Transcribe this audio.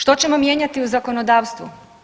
Što ćemo mijenjati u zakonodavstvu?